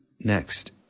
Next